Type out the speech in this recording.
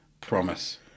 Promise